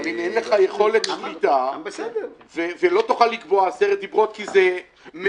אבל אם יש לך יכולת שליטה ולא תוכל לקבוע עשרת דברות כי זה מאות